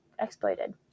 exploited